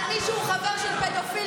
על מי שהוא חבר של פדופיל,